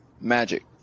Magic